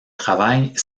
travail